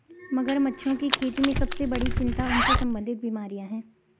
मगरमच्छों की खेती में सबसे बड़ी चिंता उनसे संबंधित बीमारियां हैं?